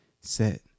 set